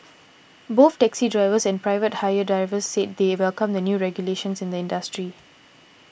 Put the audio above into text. both taxi drivers and private hire drivers said they welcome the new regulations in industry